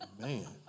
man